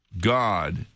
God